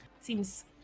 Seems